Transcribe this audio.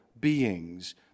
beings